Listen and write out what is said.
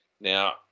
Now